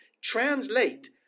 translate